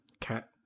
cat